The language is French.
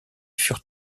furent